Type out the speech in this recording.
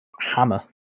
hammer